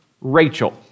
Rachel